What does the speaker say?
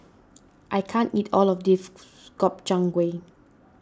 I can't eat all of this Gobchang Gui